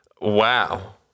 Wow